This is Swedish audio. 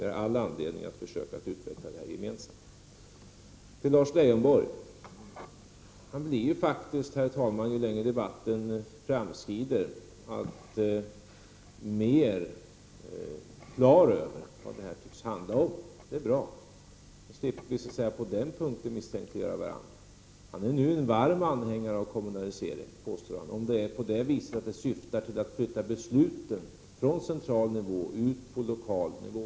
Vi har all anledning att försöka utveckla detta gemensamt. Ju längre debatten framskrider, desto klarare blir Lars Leijonborg över vad den tycks handla om. Det är bra. Då slipper vi på den punkten misstänkliggöra varandra. Han är numera en varm anhängare av kommunalisering, påstår han, om det är på det viset att den syftar till att flytta besluten från central nivå till lokal nivå.